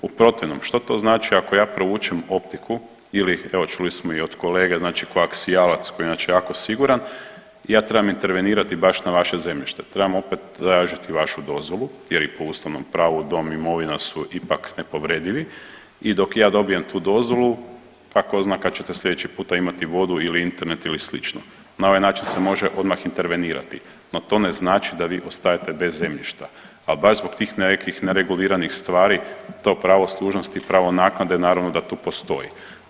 U protivnom, što to znači ako ja provučem optiku ili evo čuli smo i od kolege ko aksijalac koji je inače jako siguran, ja trebam intervenirati baš na vaše zemljište, trebam opet tražiti vašu dozvolu jer je i po ustavnom pravu dom i imovina su ipak nepovredivi i dok ja dobijem tu dozvolu, a tko zna kad ćete sljedeći puta imati vodu ili Internet ili sl. na ovaj način se možde odmah intervenirati, no to ne znači da vi ostajete bez zemljišta, a baš zbog tih nekih nereguliranih stvari to pravo slušnosti i pravo naknade naravno da tu postoji.